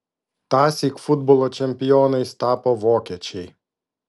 tąsyk futbolo čempionais tapo vokiečiai